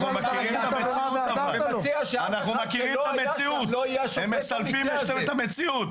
אנחנו מכירים את המציאות, הם מסלפים את המציאות.